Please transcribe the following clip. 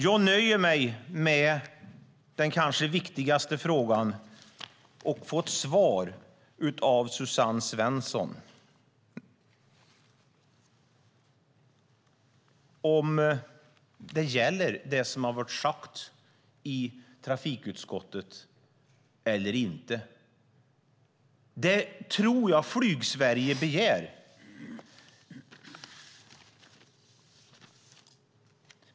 Jag nöjer mig med att i den kanske viktigaste frågan få svar av Suzanne Svensson: Gäller det som har sagts i trafikutskottet eller inte? Det tror jag att Flygsverige begär.